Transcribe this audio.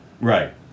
Right